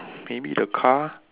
maybe the car